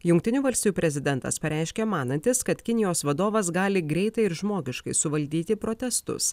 jungtinių valstijų prezidentas pareiškė manantis kad kinijos vadovas gali greitai ir žmogiškai suvaldyti protestus